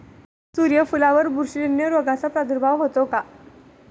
सूर्यफुलावर बुरशीजन्य रोगाचा प्रादुर्भाव होतो का?